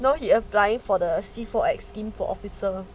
now he applying for the C four X scheme for officer